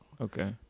Okay